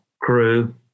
crew